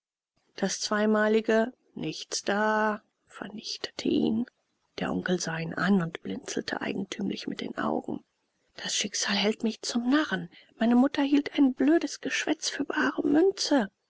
das zweimalige nichts da vernichtete ihn der onkel sah ihn an und blinzelte eigentümlich mit den augen das schicksal hält mich zum narren meine mutter hielt ein blödes geschwätz für bare münze